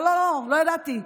לא לא לא, לא ידעתי.